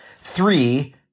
Three